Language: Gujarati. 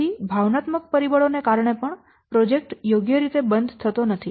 તેથી ભાવનાત્મક પરિબળોને કારણે પણ પ્રોજેક્ટ યોગ્ય રીતે બંધ થતો નથી